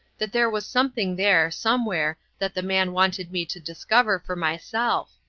that there was something there somewhere that the man wanted me to discover for myself.